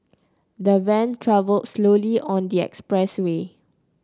the van travelled slowly on the expressway